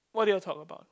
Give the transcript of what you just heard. what did y'all talk about